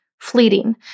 fleeting